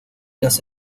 las